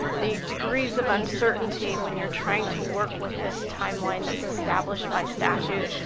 the degrees of uncertainty when you're trying to work with this timeline that's established by statute,